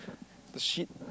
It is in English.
the shit